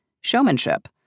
showmanship